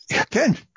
again